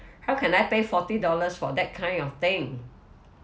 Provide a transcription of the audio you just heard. how can I pay forty dollars for that kind of thing